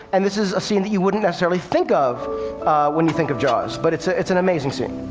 and this is a scene that you wouldn't necessarily think of when you think of jaws. but it's ah it's an amazing scene.